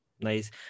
Nice